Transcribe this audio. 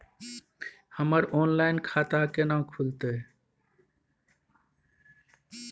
हमर ऑनलाइन खाता केना खुलते?